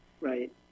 right